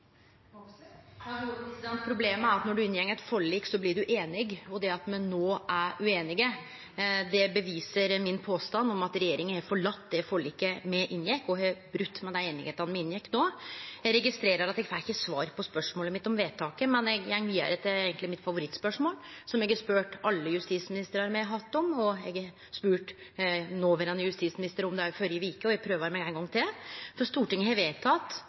Problemet er at når ein inngår eit forlik, blir ein einig, og det at me no er ueinige, beviser påstanden min om at regjeringa har forlate det forliket me inngjekk, og brote med den einigheita me inngjekk då. Eg registrerer at eg ikkje fekk svar på spørsmålet mitt om vedtaket, men eg går vidare til favorittspørsmålet mitt, som eg har spurt alle justisministrane me har hatt, om, og som eg spurde noverande justisminister om førre veke. Eg prøver meg ein gong til: Stortinget har